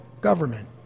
government